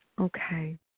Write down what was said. Okay